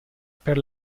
per